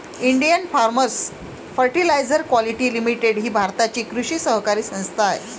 Indian farmers fertiliser quality limited ही भारताची कृषी सहकारी संस्था आहे